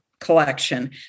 collection